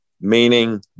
meaning